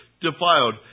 defiled